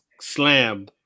slam